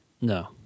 No